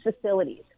facilities